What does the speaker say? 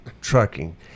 Trucking